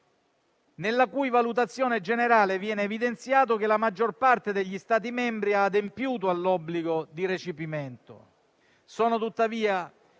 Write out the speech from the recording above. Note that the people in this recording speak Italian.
nella cui valutazione generale viene evidenziato che la maggior parte degli Stati membri ha adempiuto all'obbligo di recepimento.